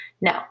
no